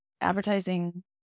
Advertising